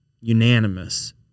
unanimous